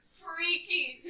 freaky